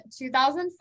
2005